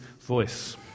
voice